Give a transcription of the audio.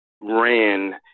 ran